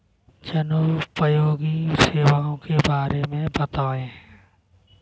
जनोपयोगी सेवाओं के बारे में बताएँ?